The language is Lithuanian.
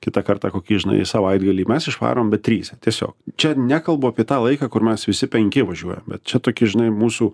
kitą kartą kokį žinai savaitgalį mes išvarome trys tiesiog čia nekalbu apie tą laiką kur mes visi penki važiuojam bet čia tokia žinai mūsų